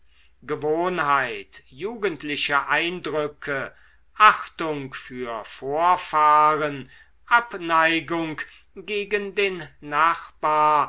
gewohnheit jugendliche eindrücke achtung für vorfahren abneigung gegen den nachbar